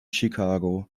chicago